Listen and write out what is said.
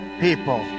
people